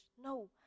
No